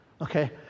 Okay